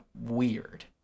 weird